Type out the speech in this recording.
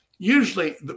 Usually